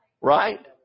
right